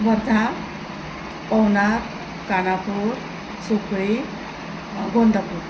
Wardha Pawnar Kanapur Supli Gondapur